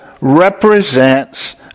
represents